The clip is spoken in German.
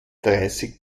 dreißig